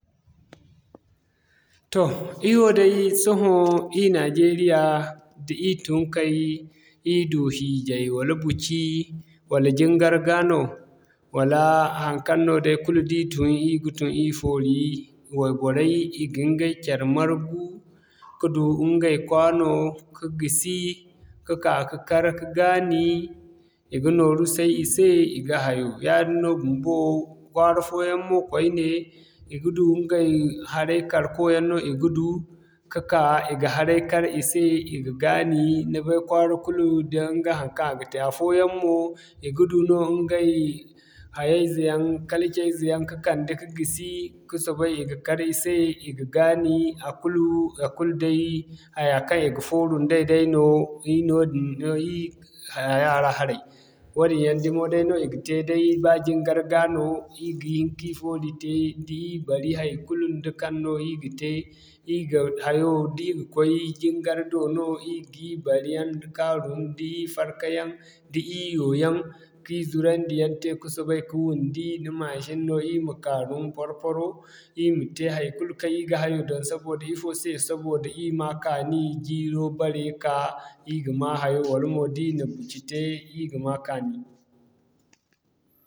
Toh ir wo day sohõ, ir Najeriya, da ir tun kay da ir du hiijay wala buki, wala jingar ga no, wala haŋkaŋ no day kulu da ir tun ir ga tun ir foori, wayborey, ɲga ɲgay care margu, ka du ɲgay kwano ka gisi ka'ka ka kar ka gaani, i ga nooru say i se i ga hayo yaadin no bumbo kwaara fooyaŋ mo koyne, i ga du ɲgay haray kar ko yaŋ no i ga du, ka'ka i ga haray kar i se i ga gaani, ni bay kwaara kulu da ɲga haŋkaŋ a ga te afooyaŋ mo i ga du no ɲgay hayo izeyaŋ ka kala caize yaŋ ka'kande ka gisi ka soobay i ga kar i se i ga gaani a kulu, a kulu day haya kaŋ i ga fooru nday dayno. Ir noodin da ir hayaya ra haray wadin yaŋ dumay dayno i ga te day ba jingar ga no, ir ga hin ka ir foori te ir bari haikulu da kaŋ no ir ga te, ir ga hayo da ir ga koy jingar do no ir ga ir bari haŋ kaarum, da ir farka yaŋ, da ir yoo yaŋ, ka ir zurandi yaŋ te ka soobay ka wundi, da mashin no ir ma kaarum par-paro, ir ma te haikulu kaŋ ir ga hayo doŋ saboda ifo se, saboda ir ma kaani jiiro bare ka, ir ga ma hayo wala mo da ir ga cici te ir ga ma kaani.